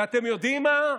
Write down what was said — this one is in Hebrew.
ואתם יודעים מה,